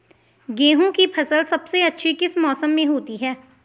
गेहूँ की फसल सबसे अच्छी किस मौसम में होती है